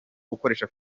ukoresha